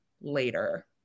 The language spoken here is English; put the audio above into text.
later